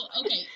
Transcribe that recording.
okay